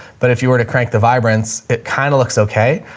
but if you were to crank the vibrance it kind of looks okay.